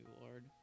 Lord